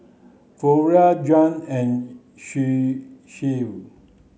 Florie Juan and she